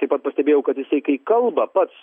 taip pat pastebėjau kad jisai kai kalba pats